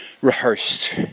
rehearsed